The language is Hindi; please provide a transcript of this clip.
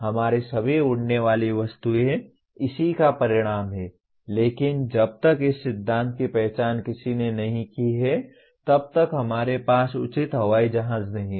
हमारी सभी उड़ने वाली वस्तुएं इसी का परिणाम हैं लेकिन जब तक इस सिद्धांत की पहचान किसी ने नहीं की है तब तक हमारे पास उचित हवाई जहाज नहीं है